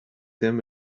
them